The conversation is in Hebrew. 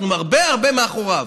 אנחנו הרבה הרבה מאחוריו.